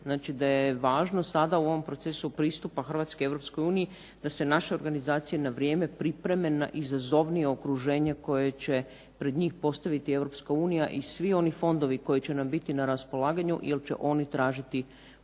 Znači da je važno sada u ovom procesu pristupa Hrvatske Europskoj uniji da se naše organizacije na vrijeme pripreme na izazovnije okruženje koje će pred njih postaviti Europska unija i svi oni fondovi koji će nam biti na raspolaganju jer će oni tražiti umrežavanje,